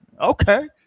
Okay